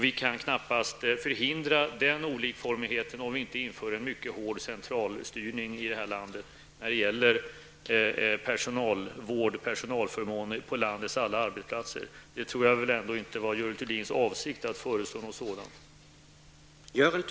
Vi kan knappast förhindra den olikformigheten, såvida vi inte inför en mycket hård centralstyrning i detta land när det gäller personalvård och personalförmåner på landets alla arbetsplatser. Jag tror väl ändå inte att det är Görel Thurdins avsikt att föreslå något sådant.